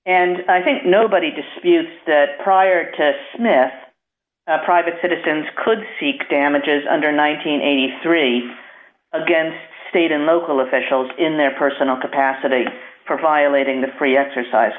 and i think nobody disputes that prior to smith private citizens could seek damages under nine hundred and eighty three against state and local officials in their personal capacity for violating the free exercise